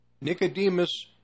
Nicodemus